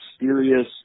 mysterious